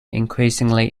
increasingly